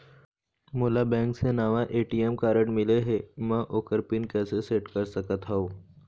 मोला बैंक से नावा ए.टी.एम कारड मिले हे, म ओकर पिन कैसे सेट कर सकत हव?